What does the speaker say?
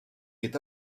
est